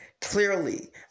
clearly